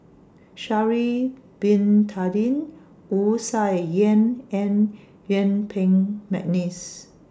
Sha'Ari Bin Tadin Wu Tsai Yen and Yuen Peng Mcneice